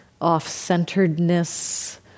off-centeredness